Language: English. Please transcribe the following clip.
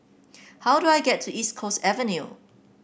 how do I get to East Coast Avenue